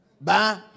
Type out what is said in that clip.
bye